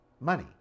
Money